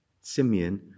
Simeon